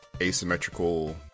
asymmetrical